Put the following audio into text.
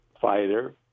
fighter